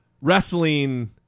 Wrestling